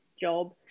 job